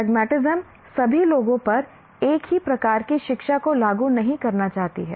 pragmatism सभी लोगों पर एक ही प्रकार की शिक्षा को लागू नहीं करना चाहती है